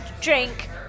drink